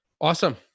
Awesome